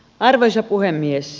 arvoisa puhemies